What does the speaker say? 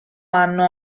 anno